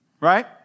right